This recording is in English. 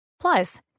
Plus